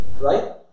right